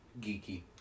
geeky